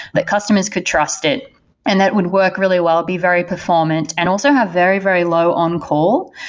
that customers could trust it and that would work really well, be very performant and also have very, very low on-call.